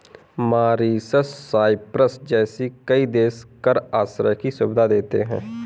Mauritius, Cyprus जैसे कई देश कर आश्रय की सुविधा देते हैं